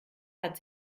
hat